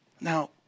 now